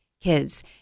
kids